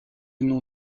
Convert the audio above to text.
nom